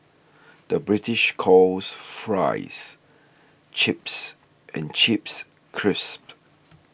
the British calls Fries Chips and Chips Crisps